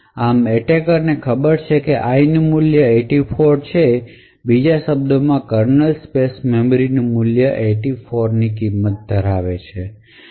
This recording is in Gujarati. આમ એટેકર ને ખબર છે કે i નું મૂલ્ય 84 છે બીજા શબ્દોમાં કર્નલ સ્પેસ મેમરી નું મૂલ્ય 84 ની કિંમત ધરાવે છે